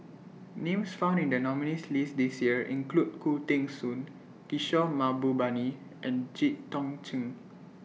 Names found in The nominees' list This Year include Khoo Teng Soon Kishore Mahbubani and Jit Tong Ch'ng